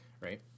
right